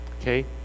Okay